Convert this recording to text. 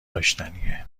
داشتنیه